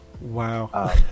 Wow